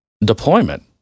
deployment